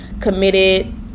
committed